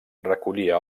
recollia